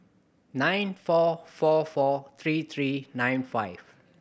nine four four four three three nine five